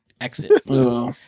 Exit